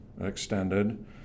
extended